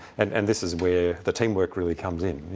and and this is where the teamwork really comes in.